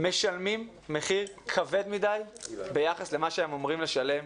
משלמים מחיר כבד מדי ביחס למה שהם אמורים לשלם.